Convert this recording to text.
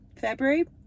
February